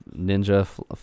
ninja